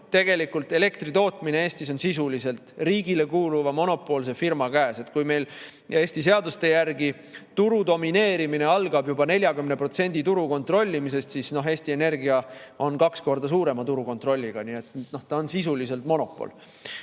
et elektri tootmine Eestis on tegelikult sisuliselt riigile kuuluva monopoolse firma käes. Kui meil Eesti seaduste järgi turu domineerimine algab juba 40% turu kontrollimisest, siis Eesti Energia on kaks korda suurema turukontrolliga, nii et ta on sisuliselt monopol.